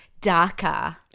darker